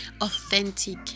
authentic